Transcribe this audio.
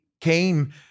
came